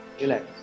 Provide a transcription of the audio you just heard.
relax